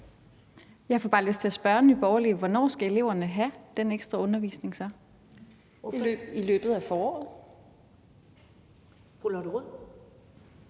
Jeg får bare lyst til at spørge Nye Borgerlige: Hvornår skal eleverne have den ekstra undervisning? Kl. 16:59 Første næstformand